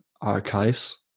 archives